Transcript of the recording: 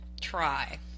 try